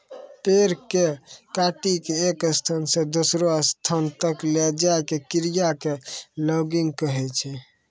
पेड़ कॅ काटिकॅ एक स्थान स दूसरो स्थान तक लै जाय के क्रिया कॅ लॉगिंग कहै छै